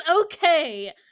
Okay